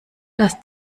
das